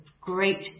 great